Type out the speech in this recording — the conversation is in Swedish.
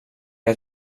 att